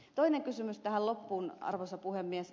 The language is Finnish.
toinen kysymys tähän loppuun arvoisa puhemies